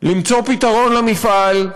למצוא פתרון למפעל,